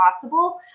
possible